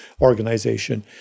organization